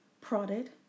prodded